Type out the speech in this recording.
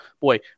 boy